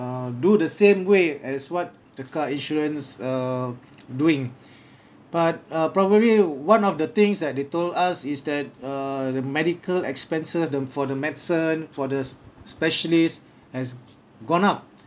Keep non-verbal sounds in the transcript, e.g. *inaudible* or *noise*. uh do the same way as what the car insurance uh doing *breath* but uh probably one of the things that they told us is that uh the medical expenses the for the medicine for the sp~ specialist has gone up